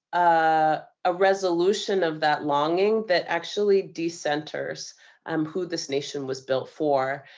ah a resolution of that longing that actually de-centers um who this nation was built for,